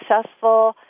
successful